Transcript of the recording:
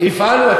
מי לקח אותה בשבי?